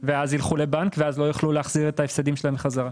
ואז ילכו לבנק ואז לא יוכלו להפסיד את ההפסדים שלהם חזרה.